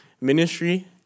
ministry